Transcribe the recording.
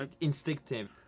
instinctive